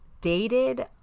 dated